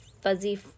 fuzzy